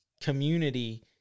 community